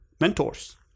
mentors